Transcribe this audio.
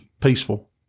peaceful